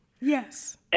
Yes